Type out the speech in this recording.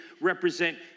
represent